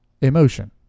emotion